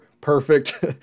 perfect